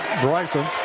Bryson